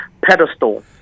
pedestal